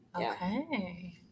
Okay